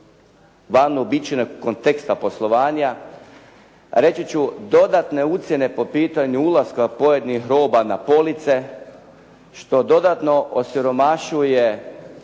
van uobičajenog konteksta poslovanja. Reći ću dodatne ucjene po pitanju ulaska pojedinih roba na police, što dodatno osiromašuje